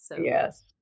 yes